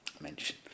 mention